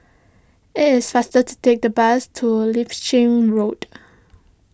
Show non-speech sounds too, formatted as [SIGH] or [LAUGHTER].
it is faster to take the bus to [UNINTELLIGIBLE] Road